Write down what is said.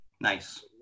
nice